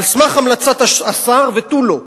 על סמך המלצת השר ותו לא.